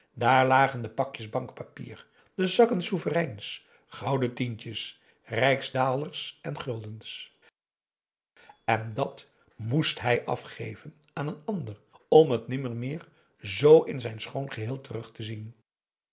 daar lagen de pakjes bankpapier de zakken sovereigns gouden tientjes rijksdaalders en guldens en dat moest hij afgeven aan een ander om het nimmermeer z in zijn schoon geheel terug te zien